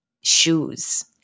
shoes